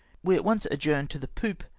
we at once adjourned to the poop,